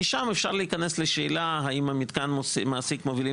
משם אפשר להיכנס לשאלה האם המתקן מעסיק מובילים